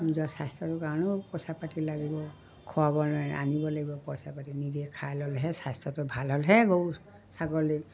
নিজৰ স্বাস্থ্যটোৰ কাৰণেও পইচা পাতি লাগিব খোৱাব নোৱাৰে আনিব লাগিব পইচা পাতি নিজে খাই ল'লেহে স্বাস্থ্যটো ভাল হ'লহে গৰু ছাগলী